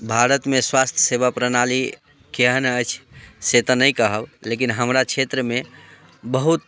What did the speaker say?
भारतमे स्वास्थ सेवा प्रणाली केहन अछि से तऽ नहि कहब लेकिन हमरा क्षेत्रमे बहुत